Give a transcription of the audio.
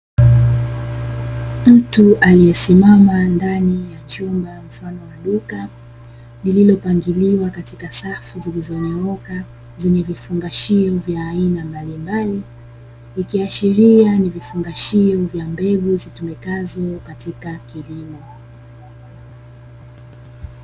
Mtu aliyesimama ndani ya chumba mfano wa duka, liliopangiliwa katika safu zilizonyooka; zenye vifungashio vya aina mbalimbali, ikiashiria ni vifungashio vya mbegu zitumikazo katika kilimo.